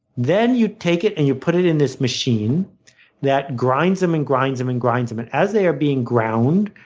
then you take it and you put it in this machine that grinds them and grinds them and grinds them. as they are being ground,